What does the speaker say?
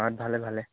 মাহঁত ভালে ভালে